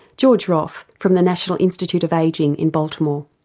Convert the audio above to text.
george roth from the national institute of aging in baltimore.